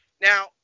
Now